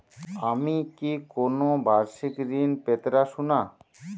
আমি কি কোন বাষিক ঋন পেতরাশুনা?